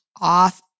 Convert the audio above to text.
off